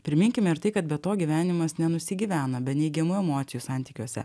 priminkime ir tai kad be to gyvenimas nenusigyvena be neigiamų emocijų santykiuose